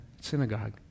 synagogue